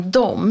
de